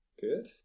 good